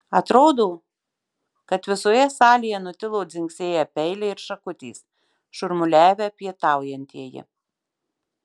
atrodo kad visoje salėje nutilo dzingsėję peiliai ir šakutės šurmuliavę pietaujantieji